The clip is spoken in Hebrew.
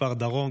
כפר דרום,